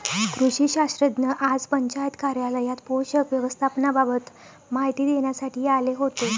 कृषी शास्त्रज्ञ आज पंचायत कार्यालयात पोषक व्यवस्थापनाबाबत माहिती देण्यासाठी आले होते